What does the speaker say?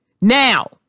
Now